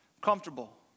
comfortable